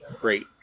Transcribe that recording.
great